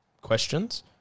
questions